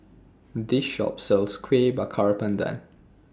This Shop sells Kueh Bakar Pandan